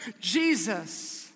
Jesus